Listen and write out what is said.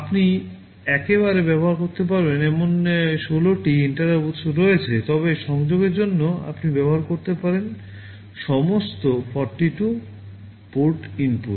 আপনি একবারে ব্যবহার করতে পারবেন এমন 16 টি interrupt উত্স রয়েছে তবে সংযোগের জন্য আপনি ব্যবহার করতে পারেন সমস্ত 48 পোর্ট ইনপুট